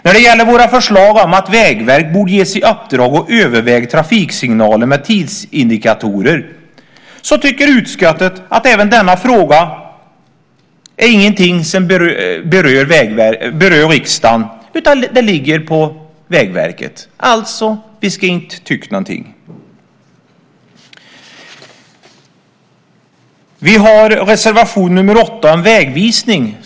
När det gäller våra förslag om att Vägverket borde ges i uppdrag att överväga trafiksignaler med tidsindikatorer tycker utskottet att även detta är en fråga som inte berör riksdagen utan den ligger på Vägverket. Alltså: Vi ska inte tycka någonting. Fru talman! Vi har reservation nr 8 om vägvisning.